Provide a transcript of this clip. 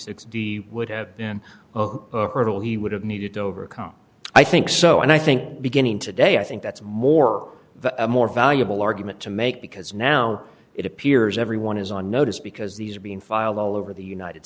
d would have been hurdle he would have needed to overcome i think so and i think beginning today i think that's more the more valuable argument to make because now it appears everyone is on notice because these are being filed all over the united